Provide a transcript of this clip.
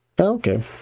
Okay